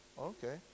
Okay